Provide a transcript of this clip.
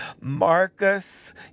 Marcus